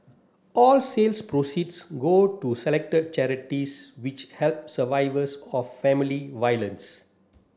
all sales proceeds go to selected charities which help survivors of family violence